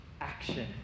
action